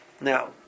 Now